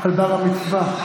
על בר-המצווה.